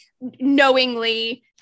knowingly